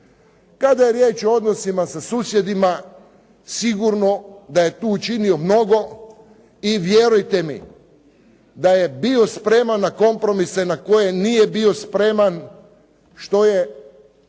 Kada je riječ o odnosima sa susjedima, sigurno da je tu učinio mnogo i vjerujte mi da je bio spreman na kompromise na koje nije bio spreman što je